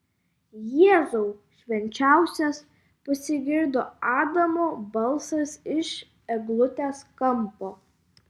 jėzau švenčiausias pasigirdo adamo balsas iš eglutės kampo